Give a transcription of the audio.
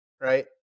right